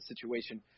situation